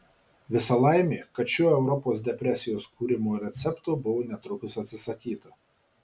visa laimė kad šio europos depresijos kūrimo recepto buvo netrukus atsisakyta